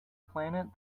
planet